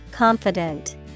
Confident